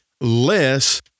less